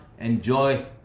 enjoy